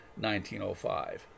1905